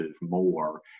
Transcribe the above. more